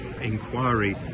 inquiry